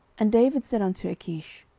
and david said unto achish,